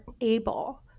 able